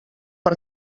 per